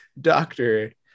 doctor